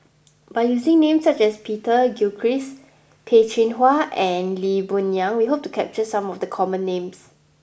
by using names such as Peter Gilchrist Peh Chin Hua and Lee Boon Yang we hope to capture some of the common names